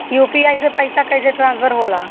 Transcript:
UPI से पैसा कैसे ट्रांसफर होला?